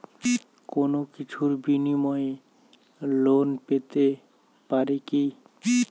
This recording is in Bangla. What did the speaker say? কোনো কিছুর বিনিময়ে লোন পেতে পারি কি?